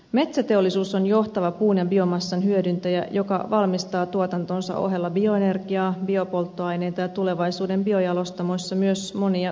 metsäteollisuus on johtava puun ja biomassan hyödyntäjä joka valmistaa tuotantonsa ohella bioenergiaa biopolttoaineita ja tulevaisuuden biojalostamoissa myös monia biokemikaaleja